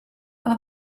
are